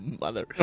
mother